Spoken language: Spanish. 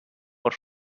por